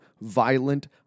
violent